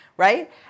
Right